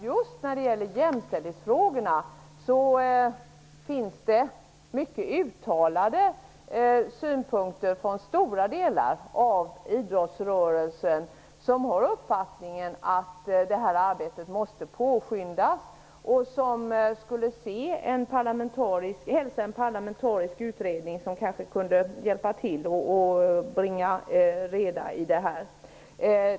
Just när det gäller jämställdhetsfrågorna skulle jag vilja påstå att det finns mycket uttalade synpunkter från stora delar av idrottsrörelsen som har uppfattningen att arbetet måste påskyndas. Man skulle också gärna se en parlamentarisk utredning som skulle kunna bringa reda i den här frågan.